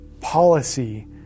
policy